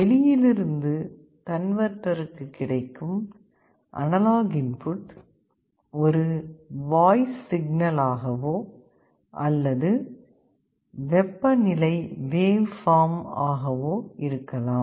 வெளியிலிருந்து கன்வேர்டருக்கு கிடைக்கும் அனலாக் இன்புட் ஒரு வாய்ஸ் சிக்னலாகவோ அல்லது வெப்பநிலை வேவ் பார்ம் ஆகவோ இருக்கலாம்